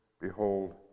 Behold